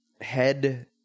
head